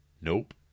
Nope